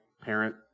parent